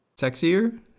sexier